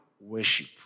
worship